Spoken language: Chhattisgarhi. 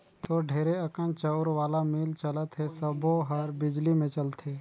तोर ढेरे अकन चउर वाला मील चलत हे सबो हर बिजली मे चलथे